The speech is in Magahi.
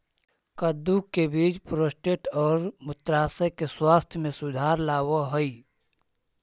कद्दू का बीज प्रोस्टेट और मूत्राशय के स्वास्थ्य में सुधार लाव हई